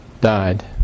died